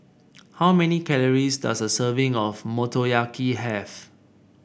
how many calories does a serving of Motoyaki have